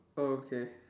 oh okay